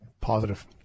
Positive